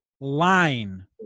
line